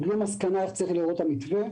קיבלו מסקנה איך צריך להיראות המתווה.